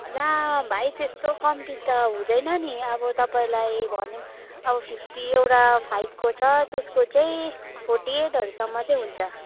ला भाइ त्यस्तो कम्ती त हुँदैन नि अब तपाईँलाई भने अब फिफ्टी एउटा फाइभको छ त्यसको चाहिँ फोर्टी एटहरूसम्म चाहिँ हुन्छ